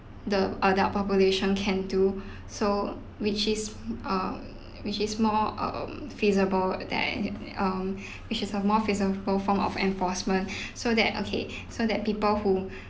the adult population can do so which is um which is more um feasible than um which is a more feasible form of enforcement so that okay so that people who